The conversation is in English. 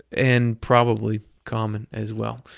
and probably common as well.